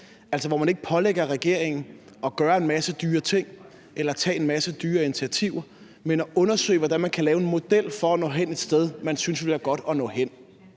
altså hvor man ikke pålægger regeringen at gøre en masse dyre ting eller tage en masse dyre initiativer, men at undersøge, hvordan man kan lave en model for at nå hen et sted, man synes ville være godt at nå hen.